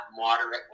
moderate